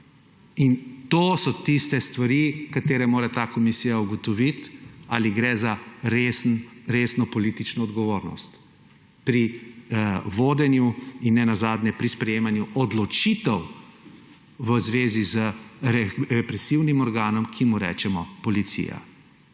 In to so tiste stvari, katere mora ta komisija ugotoviti, ali gre za resno politično odgovornost pri vodenju in tudi pri sprejemanju odločitev v zvezi z represivnim organom, ki mu rečemo policija.